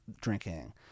drinking